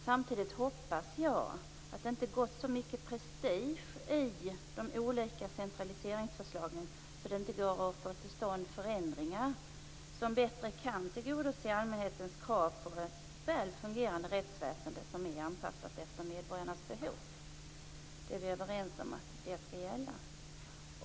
Samtidigt hoppas jag att det inte har gått så mycket prestige i de olika centraliseringsförslagen att det inte går att få till stånd förändringar som bättre kan tillgodose allmänhetens krav på ett väl fungerande rättsväsende som är anpassat efter medborgarnas behov. Det är vi överens om att det skall gälla.